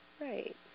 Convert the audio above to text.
Right